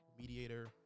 mediator